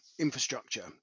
infrastructure